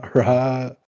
right